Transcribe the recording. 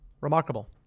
Remarkable